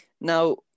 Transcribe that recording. Now